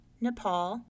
Nepal